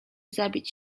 zabić